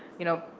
you know,